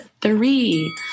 three